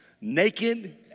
naked